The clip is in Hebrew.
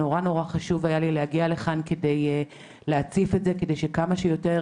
נורא היה חשוב לי להגיע לכאן כדי להציף את זה וכדי שכמה שיותר